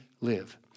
live